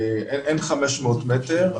אין 500 מטר.